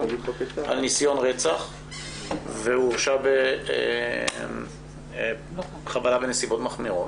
על ניסיון רצח והוא הורשע בחבלה בנסיבות מחמירות?